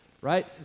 right